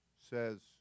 says